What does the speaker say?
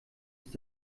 ist